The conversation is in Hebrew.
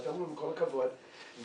ואמרו שעם כל הכבוד וההכרה